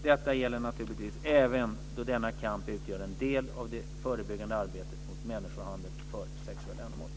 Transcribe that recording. Detta gäller naturligtvis även då denna kamp utgör en del av det förebyggande arbetet mot människohandel för sexuella ändamål.